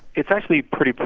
it's actually pretty. but